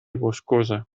boscosa